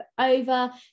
over